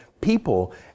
people